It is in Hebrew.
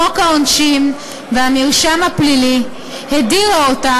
חוק העונשין והמרשם הפלילי הדירה אותה